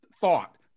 thought